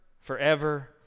forever